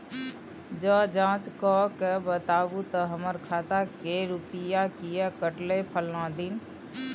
ज जॉंच कअ के बताबू त हमर खाता से रुपिया किये कटले फलना दिन?